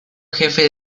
jefe